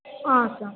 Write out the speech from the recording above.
ಹಾಂ ಸರ್